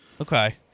Okay